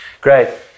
Great